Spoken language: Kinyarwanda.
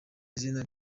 izina